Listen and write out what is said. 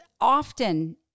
often